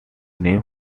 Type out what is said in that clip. named